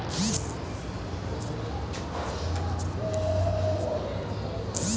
cypress vine গটে ধরণকার উদ্ভিদ যেটাকে মরা কুঞ্জলতা বলতিছে